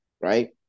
right